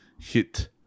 Hit